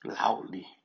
Loudly